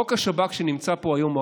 חוק השב"כ שנמצא פה היום,